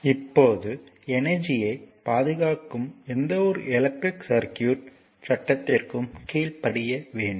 இப்போது எனர்ஜியைப் பாதுகாக்கும் எந்தவொரு எலக்ட்ரிக் சர்க்யூட் சட்டத்திற்கும் கீழ்ப்படிய வேண்டும்